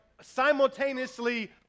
simultaneously